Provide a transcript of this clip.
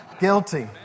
Guilty